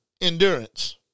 endurance